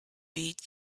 beat